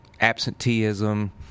absenteeism